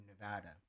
Nevada